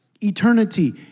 Eternity